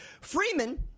Freeman